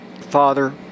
Father